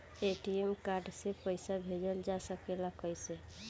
ATM card से पइसा भेजल जा सकेला कइसे?